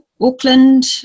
Auckland